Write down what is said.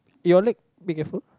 your leg be careful